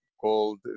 called